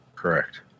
Correct